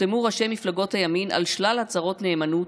הוחתמו ראשי מפלגות הימין על שלל הצהרות נאמנות,